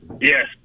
Yes